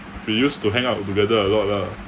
we used to hang out together a lot lah